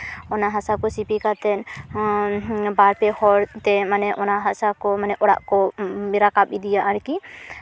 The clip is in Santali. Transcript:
ᱚᱱᱟ ᱦᱟᱥᱟ ᱠᱚ ᱥᱤᱯᱤ ᱠᱟᱛᱮᱫ ᱵᱟᱨ ᱯᱮ ᱦᱚᱲ ᱛᱮ ᱢᱟᱱᱮ ᱚᱱᱟ ᱦᱟᱥᱟ ᱠᱚ ᱢᱟᱱᱮ ᱚᱲᱟᱜ ᱠᱚ ᱨᱟᱠᱟᱵ ᱤᱫᱤᱭᱟ ᱟᱨᱠᱤ